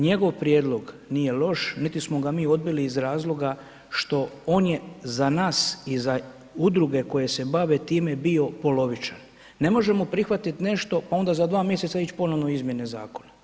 Njegov prijedlog nije loš niti smo ga mi odbili iz razloga što on je za nas i za udruge koje se bave time bio polovičan, ne možemo prihvatit nešto, onda za 2 mj. ić ponovno u izmjene zakona.